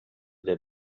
der